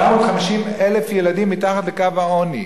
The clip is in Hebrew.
850,000 ילדים מתחת לקו העוני.